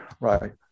right